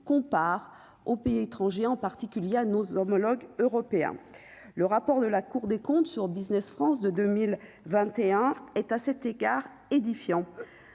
compare aux pays étrangers, en particulier à nos homologues européens, le rapport de la Cour des comptes sur Business France de 2021 est à cet égard édifiant